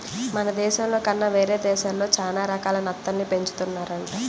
మన దేశంలో కన్నా వేరే దేశాల్లో చానా రకాల నత్తల్ని పెంచుతున్నారంట